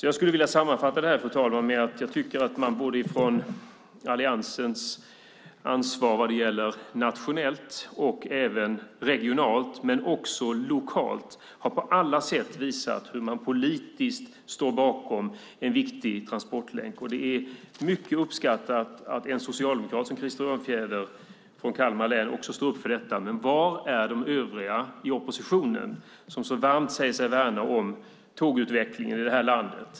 Jag skulle vilja sammanfatta detta, fru talman, med att jag tycker att man med Alliansens ansvar nationellt, regionalt och även lokalt på alla sätt har visat hur man politiskt står bakom en viktig transportlänk. Det är mycket uppskattat att en socialdemokrat som Krister Örnfjäder från Kalmar län också står upp för detta. Men var är de övriga i oppositionen som så varmt säger sig värna tågutvecklingen i det här landet?